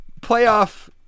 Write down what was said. playoff